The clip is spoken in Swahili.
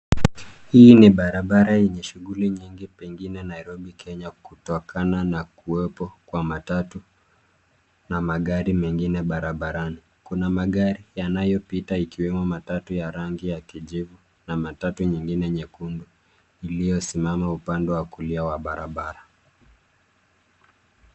Hii ni barabara yenye shughuli nyingi pengine Nairobi Kenya kutokana na kuwepo kwa matatu na magari mengine barabarani. Kuna magari yanayopita ikiwemo matatu ya rangi ya kijivu na matatu nyengine nyekundu iliyosimama upande wa kulia wa barabara.